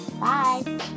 Bye